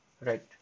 Right